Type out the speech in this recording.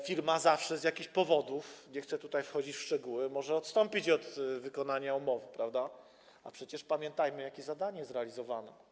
Firma z jakichś powodów, nie chcę tutaj wchodzić w szczegóły, może odstąpić od wykonania umowy, a przecież pamiętajmy, jakie zadanie jest realizowane.